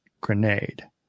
grenade